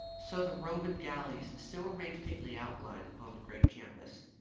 so the roman galleys still remained faintly outlined upon the great canvas,